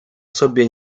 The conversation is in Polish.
sobie